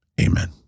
Amen